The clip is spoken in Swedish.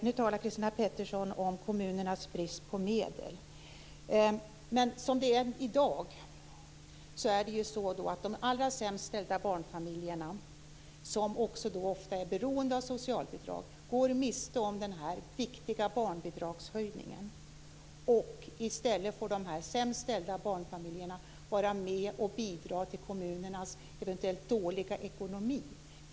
Nu talar Christina Pettersson om kommunernas brist på medel. Men i dag är det ju så att de barnfamiljer som har det allra sämst ställt, som ofta är beroende av socialbidrag, går miste om den här viktiga barnbidragshöjningen. I stället får de här barnfamiljerna, de som har det sämst ställt, vara med och bidra till kommunernas eventuellt dåliga ekonomi.